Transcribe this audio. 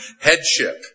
headship